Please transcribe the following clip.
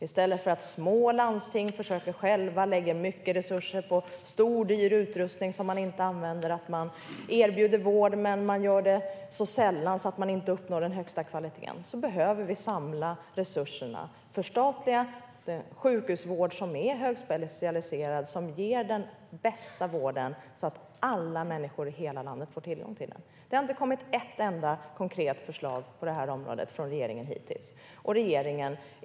I stället för att små landsting själva försöker lägga mycket resurser på stor och dyr utrustning som de inte använder - de erbjuder vård men gör det så sällan att de inte uppnår den högsta kvaliteten - behöver vi samla resurserna och förstatliga den sjukhusvård som är högspecialiserad och som ger den bästa vården så att alla människor i hela landet får tillgång till den. Det har hittills inte kommit ett enda konkret förslag på detta område från regeringen.